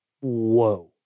whoa